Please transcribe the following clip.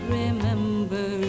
remember